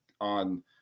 on